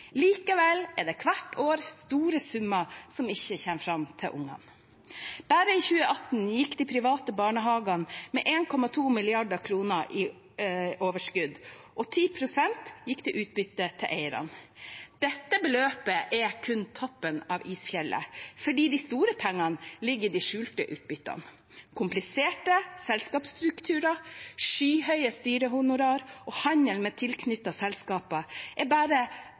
Likevel er det hvert år store summer som ikke kommer fram til ungene. Bare i 2018 gikk de private barnehagene med 1,2 mrd. kr i overskudd. 10 pst. gikk til utbytte til eierne. Dette beløpet er kun toppen av isfjellet, for de store pengene ligger i de skjulte utbyttene. Kompliserte selskapsstrukturer, skyhøye styrehonorar og handel med tilknyttede selskaper er bare